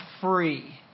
free